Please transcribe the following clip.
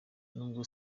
nubwo